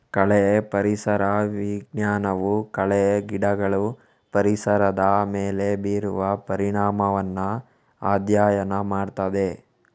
ಕಳೆ ಪರಿಸರ ವಿಜ್ಞಾನವು ಕಳೆ ಗಿಡಗಳು ಪರಿಸರದ ಮೇಲೆ ಬೀರುವ ಪರಿಣಾಮವನ್ನ ಅಧ್ಯಯನ ಮಾಡ್ತದೆ